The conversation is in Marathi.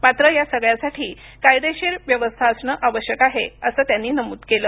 मात्र या सगळ्यासाठी कायदेशीर व्यवस्था असणें आवश्यक आहे असं त्यांनी नमूद केलं